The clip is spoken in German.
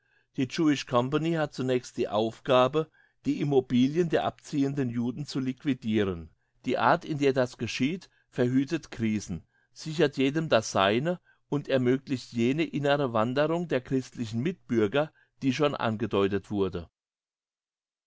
die jewish company hat zunächst die aufgabe die immobilien der abziehenden juden zu liquidiren die art in der das geschieht verhütet krisen sichert jedem das seine und ermöglicht jene innere wanderung der christlichen mitbürger die schon angedeutet wurde